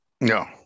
No